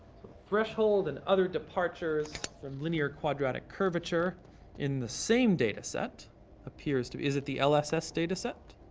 threshold and other departures from linear quadratic curvature in the same data set appears to is it the lss data set?